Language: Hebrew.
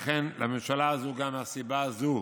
לכן לממשלה הזו, גם מהסיבה הזו,